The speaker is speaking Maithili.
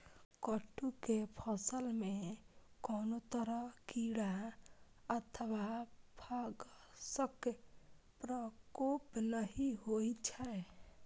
कट्टू के फसल मे कोनो तरह कीड़ा अथवा फंगसक प्रकोप नहि होइ छै